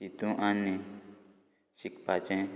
तितूंत आनी शिकपाचें